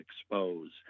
expose